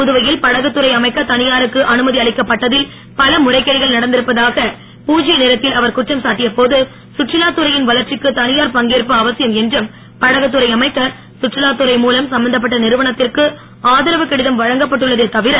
புதுவையில் படகுத்துறை அமைக்க தனியாருக்கு அனுமதி அளிக்கப்பட்டதில் பல முறைகேடுகள் நடந்திருப்பதாக பூத்ய நேரத்தில் அவர் குற்றம் சாட்டிய போது கற்றுலாத் துறையின் வளர்ச்சிக்கு தனியார் பங்கேற்பு அவசியம் என்றும் படகுத்துறை அமைக்க சுற்றுலா துறை மூலம் சம்பந்தப்பட்ட நிறுவனத்திற்கு ஆதரவு கடிதம் வழங்கப் பட்டுள்ளதே தவிர